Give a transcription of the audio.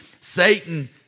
Satan